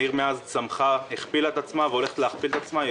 העיר מאז צמחה, גדלה והולכת להכפיל את עצמה.